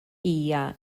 hija